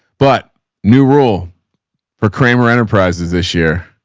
but new rule for cramer enterprises this year,